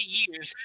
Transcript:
years